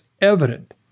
evident